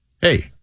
Hey